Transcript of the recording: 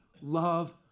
love